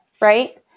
Right